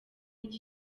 iki